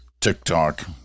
TikTok